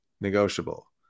negotiable